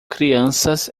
crianças